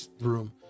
room